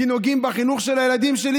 כי נוגעים בחינוך של הילדים שלי.